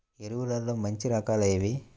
ఎరువుల్లో మంచి రకాలు ఏవి?